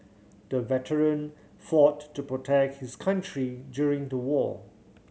the veteran fought to protect his country during the war